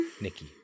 Nikki